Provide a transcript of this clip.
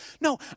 no